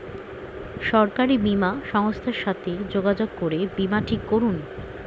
সরকারি বীমা সংস্থার সাথে যোগাযোগ করে বীমা ঠিক করুন